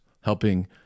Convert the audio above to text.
helping